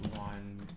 on